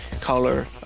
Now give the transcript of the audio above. color